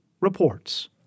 reports